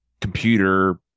computer